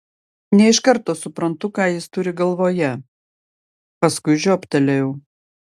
ne iš karto suprantu ką jis turi galvoje paskui žioptelėjau